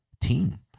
team